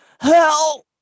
Help